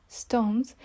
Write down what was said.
stones